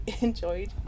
enjoyed